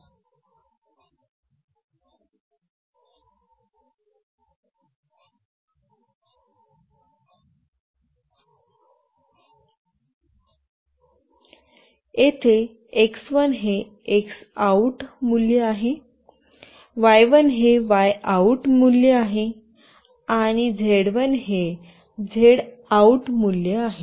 येथे x1 हे X OUT मूल्य आहे y1 हे Y OUT मूल्य आहे आणि z1 हे Z OUT मूल्य आहे